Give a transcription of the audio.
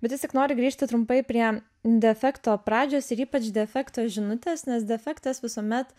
bet vis tiek nori grįžti trumpai prie defekto pradžios ir ypač defekto žinutės nes defektas visuomet